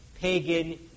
pagan